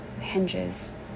hinges